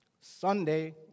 Sunday